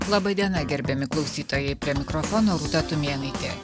laba diena gerbiami klausytojai prie mikrofono rūta tumėnaitė